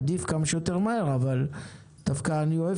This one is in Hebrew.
אמנם עדיף כמה שיותר מהר אבל דווקא אני אוהב